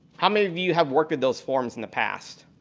how many of you have worked with those forms in the past?